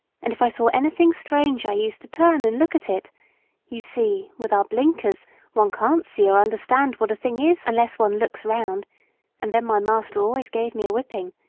and if i saw anything strange i used to turn and look at it you see, with our blinkers one can't see or understand what a thing is unless one looks round and then my master always gave me a whipping,